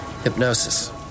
Hypnosis